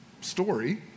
story